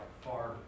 far